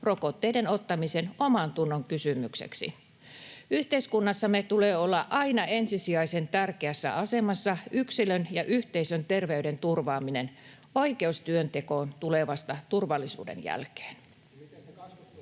rokotteiden ottamisen omantunnon kysymykseksi. Yhteiskunnassamme tulee olla aina ensisijaisen tärkeässä asemassa yksilön ja yhteisön terveyden turvaaminen. Oikeus työntekoon tulee vasta turvallisuuden jälkeen.